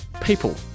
people